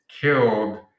killed